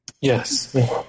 yes